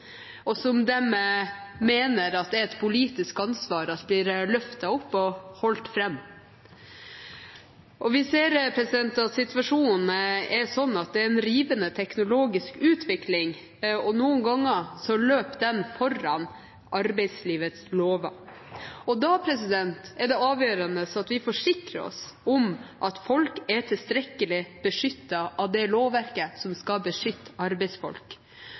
og som de mener det er et politisk ansvar at blir løftet opp og holdt fram. Vi ser at situasjonen er sånn at det er en rivende teknologisk utvikling, og noen ganger løper den foran arbeidslivets lover, og da er det avgjørende at vi forsikrer oss om at folk er tilstrekkelig beskyttet av det lovverket som skal beskytte arbeidsfolk.